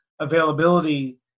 availability